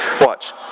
Watch